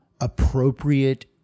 appropriate